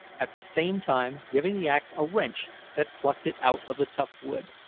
at the same time giving the axe a wrench that plucked it out of the tough wood.